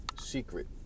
Secret